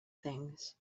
things